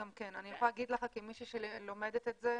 אני יכולה להגיד לך כמישהי שלומדת את זה.